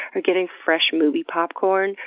or getting fresh movie popcorn,